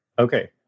okay